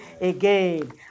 again